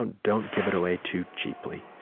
and don't give it away too cheaply,